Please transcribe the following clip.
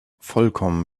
vollkommen